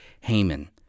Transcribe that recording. Haman